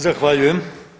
Zahvaljujem.